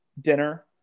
dinner